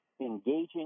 engaging